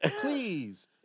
Please